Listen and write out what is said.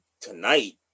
tonight